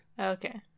Okay